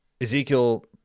Ezekiel